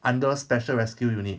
under special rescue unit